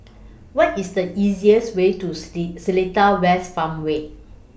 What IS The easiest Way to Seletar West Farmway